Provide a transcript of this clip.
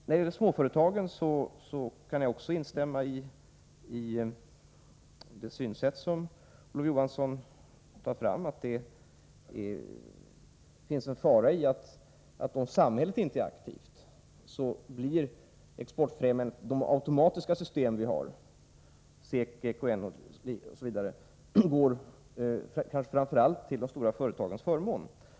När det gäller småföretagen kan jag också instämma i det synsätt som Olof Johansson tog fram: det finns en fara i att om samhället inte är aktivt, så blir de automatiska system för exportfrämjande åtgärder vi har —- SEK och EKN —- kanske framför allt till de stora företagens förmån.